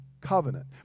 covenant